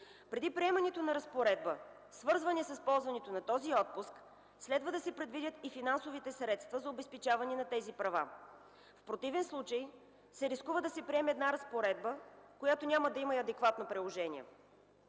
Преди приемането на разпоредба, свързана с ползването на този отпуск, следва да се предвидят и финансовите средства за обезпечаване на тези права. В противен случай се рискува да се приеме една разпоредба, която няма да има и адекватно приложение.